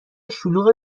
شلوغ